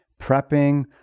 prepping